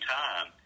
time